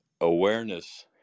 Awareness